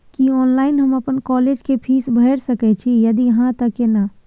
की online हम अपन college के फीस भैर सके छि यदि हाँ त केना?